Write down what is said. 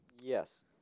Yes